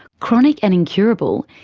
chronic and incurable,